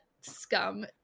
scum